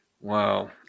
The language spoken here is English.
Wow